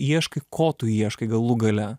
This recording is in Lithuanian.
ieškai ko tu ieškai galų gale